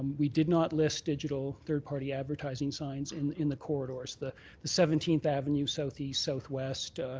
we did not list digital third party advertising signs in in the corridors, the the seventeenth avenue southeast southwest,